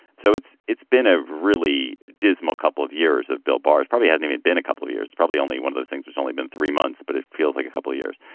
so it's it's been a really dismal couple of years of bill baras. probably hasn't had been a couple of years. probably only one of those things. there's only been three months, but it feels like a couple of years.